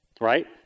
Right